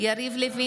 יריב לוין,